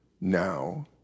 now